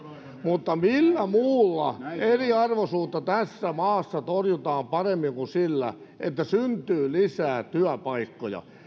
mutta millä muulla eriarvoisuutta tässä maassa torjutaan paremmin kuin sillä että syntyy lisää työpaikkoja